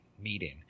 meeting